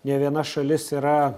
ne viena šalis yra